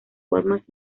formas